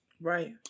right